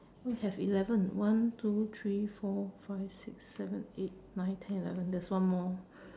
we have eleven one two three for five six seven eight nine ten eleven there's one more